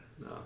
No